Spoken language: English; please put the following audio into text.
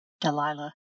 Delilah